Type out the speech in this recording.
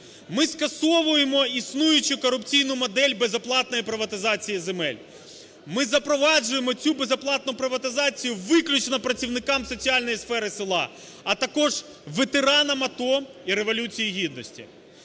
Ми скасовуємо існуючу корупційну модель безоплатної приватизації земель. Ми запроваджуємо цю безоплатну приватизацію виключно працівникам соціальної сфери села, а також ветеранам АТО і Революції Гідності.